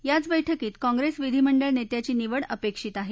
याच बैठकीत काँग्रेस विधिमंडळ नेत्याची निवड अपेक्षित आहे